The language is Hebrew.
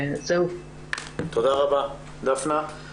תודה רבה, דפנה.